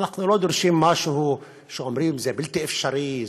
אנחנו לא דורשים משהו שאומרים עליו: זה בלתי אפשרי,